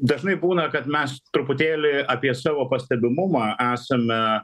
dažnai būna kad mes truputėlį apie savo pastebimumą esame